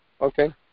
Okay